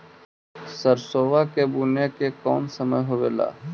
सरसोबा के बुने के कौन समय होबे ला?